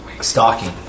stalking